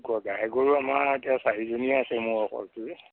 গ গাই গৰু আমাৰ এতিয়া চাৰিজনীয়ে আছে মোৰ টোৱে